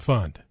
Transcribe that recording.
Fund